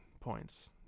points